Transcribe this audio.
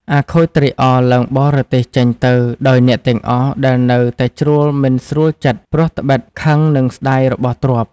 អាខូចត្រេកអរឡើងបរទេះចេញទៅដោយអ្នកទាំងអស់ដែលនៅតែជ្រួលមិនស្រួលចិត្ដព្រោះត្បិតខឹងនិងស្ដាយរបស់ទ្រព្យ។